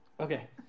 Okay